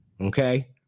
Okay